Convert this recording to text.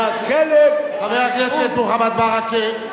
חבר הכנסת מוחמד ברכה.